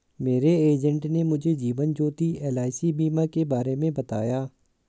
मेरे एजेंट ने मुझे जीवन ज्योति एल.आई.सी बीमा के बारे में बताया